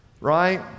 right